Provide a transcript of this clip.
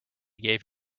gave